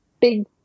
big